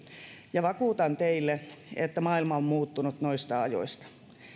ja vakuutan teille että maailma on muuttunut noista ajoista